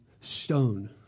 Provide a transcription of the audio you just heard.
stone